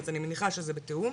אז אני מניחה שזה בתיאום.